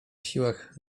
siłach